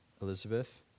Elizabeth